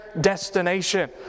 destination